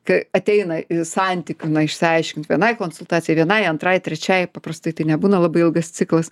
kai ateina santykių išsiaiškinti vienai konsultacijai vienai antrai trečiai paprastai tai nebūna labai ilgas ciklas